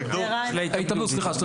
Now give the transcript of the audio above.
התאבדות.